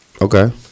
okay